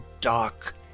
dark